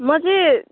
म चाहिँ